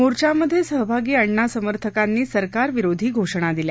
मोर्चामध्ये सहभागी अण्णा समर्थकांनी सरकार विरोधी घोषणा दिल्या